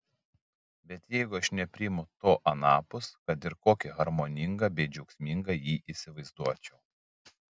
bet jeigu aš nepriimu to anapus kad ir kokį harmoningą bei džiaugsmingą jį įsivaizduočiau